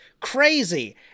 Crazy